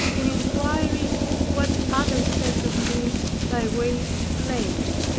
in inquiring what others said of me by way of blame.